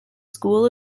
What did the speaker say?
school